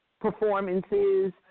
performances